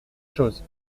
choses